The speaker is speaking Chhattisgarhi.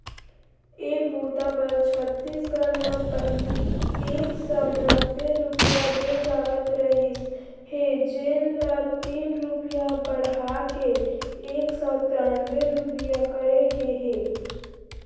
ए बूता बर छत्तीसगढ़ म पहिली एक सव नब्बे रूपिया दे जावत रहिस हे जेन ल तीन रूपिया बड़हा के एक सव त्रान्बे रूपिया करे गे हे